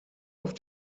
auf